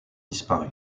disparu